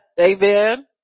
amen